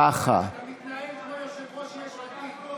(הליכוד): כששרן עשתה שידור ישיר בשבוע שעבר לא אמרת מילה.